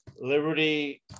Liberty